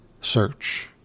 search